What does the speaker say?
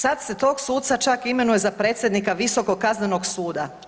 Sad se tog suca čak imenuje za predsjednika Visokog kaznenog suda.